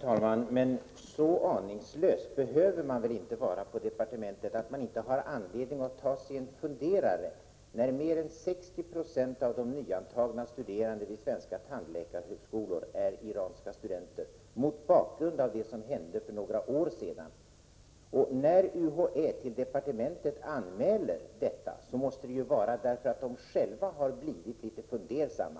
talman! Men så aningslös behöver man väl inte vara på departementet att man inte anser sig ha anledning att ta sig en funderare, när mer än 60 96 av de nyantagna studerandena vid svenska tandläkarhögskolor är iranska studenter — mot bakgrund av det som hände för några år sedan. Och när UHÄ till departementet anmäler detta måste det bero på att man inom ämbetet blivit litet fundersam.